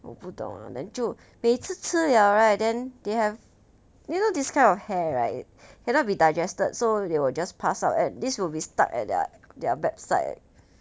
我不懂 lah then 就每次吃了 right then they have you know this kind of hair right cannot be digested so they will just pass out and this will be stuck at their their backside